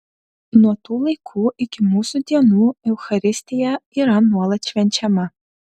nuo tų laikų iki mūsų dienų eucharistija yra nuolat švenčiama